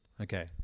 Okay